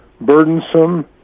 burdensome